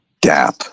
gap